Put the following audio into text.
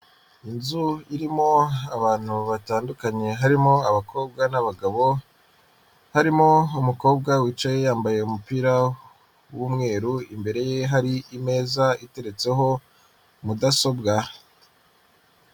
Inzu irimo abantu batandukanye, harimo abakobwa, n'abagabo, harimo umukobwa wicaye yambaye umupira w'umweru, imbere ye hari imeza iteretseho mudasobwa.